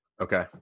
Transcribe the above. Okay